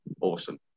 awesome